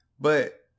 but-